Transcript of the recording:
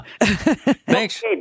Thanks